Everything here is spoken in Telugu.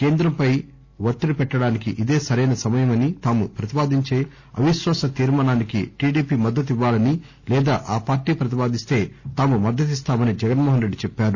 కేంద్రంపై ఒత్తిడి పెట్టడానికి ఇదే సరైన సమయమని తాము ప్రతిపాదించే అవిశ్వాస తీర్కానానికి టిడిపి మద్గతు ఇవ్వాలని లేదా ఆ పార్లీ ప్రతిపాదిస్తే తాము మద్దతిస్తామని జగన్మోహనరెడ్డి చెప్పారు